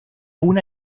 una